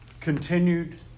continued